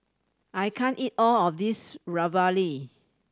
I can't eat all of this Ravioli